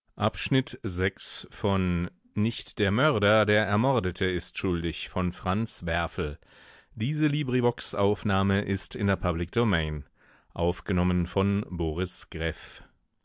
nicht der mörder der ermordete ist schuldig